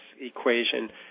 equation